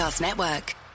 Network